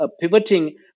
pivoting